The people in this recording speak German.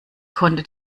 konnte